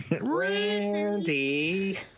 Randy